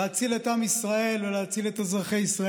להציל את עם ישראל או להציל את אזרחי ישראל.